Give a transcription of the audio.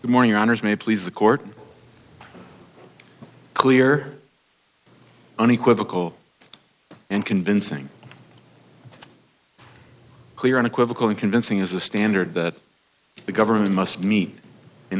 the morning honors may please the court clear unequivocal and convincing clear unequivocal and convincing is the standard that the government must meet in